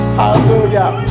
hallelujah